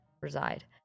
reside